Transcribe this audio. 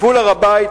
בגבול הר-הבית,